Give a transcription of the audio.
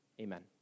Amen